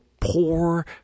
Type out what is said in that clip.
poor